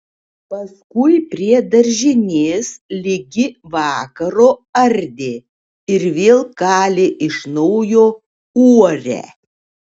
paskui prie daržinės ligi vakaro ardė ir vėl kalė iš naujo uorę